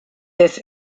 this